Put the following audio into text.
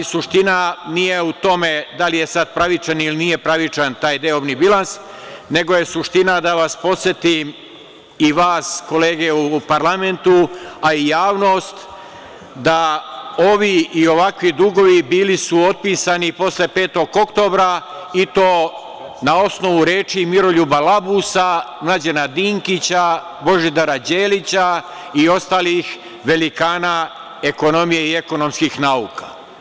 Suština nije u tome da li je sad pravičan ili nije pravičan taj deobni bilans, nego je suština da vas podsetim i vas kolege u ovom parlamentu, a i javnost da ovi i ovakvi dugovi bili su otpisani posle 5. oktobra i to na osnovu reči Miroljuba Labusa, Mlađana Dinkića, Božidara Đelića i ostalih velikana ekonomije i ekonomskih nauka.